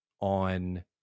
on